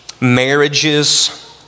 marriages